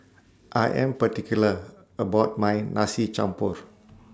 I Am particular about My Nasi Campur